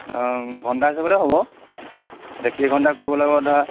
ঘণ্টা হিচাপতে হ'ব এতিয়া কেইঘণ্টা কৰিব লাগিব ধৰা